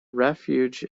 refuge